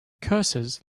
curses